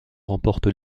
remporte